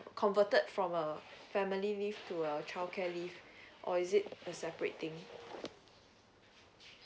converted from a family leave to a childcare leave or is it a separate thing